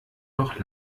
noch